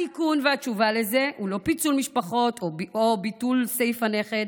התיקון והתשובה לזה הם לא פיצול משפחות או ביטול סעיף הנכד,